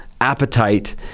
appetite